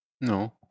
No